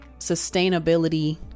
sustainability